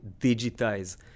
digitize